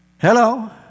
Hello